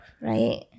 Right